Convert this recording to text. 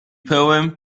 poem